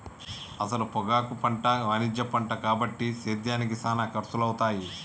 అసల పొగాకు పంట వాణిజ్య పంట కాబట్టి సేద్యానికి సానా ఖర్సులవుతాయి